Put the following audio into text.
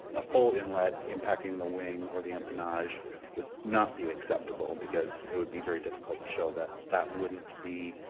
a full inlet impacting the wing or the empennage would not be acceptable because it would be very difficult to show that that wouldn't be,